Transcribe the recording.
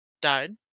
died